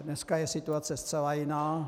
Dneska je situace zcela jiná.